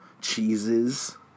Cheeses